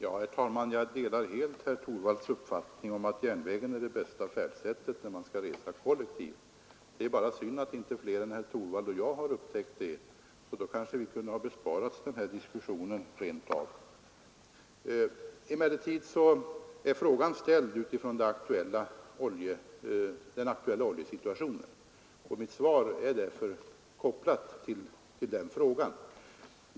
Herr talman! Jag delar helt herr Torwalds uppfattning att järnvägen är det bästa färdsättet när man skall resa kollektivt. Det är bara synd att inte fler än herr Torwald och jag har upptäckt det, för då hade vi kanske rent av kunnat besparas denna diskussion. Emellertid är frågan ställd med anledning av den aktuella oljesituationen, och mitt svar är därför kopplat till detta spörsmål.